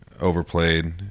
overplayed